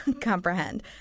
comprehend